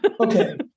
Okay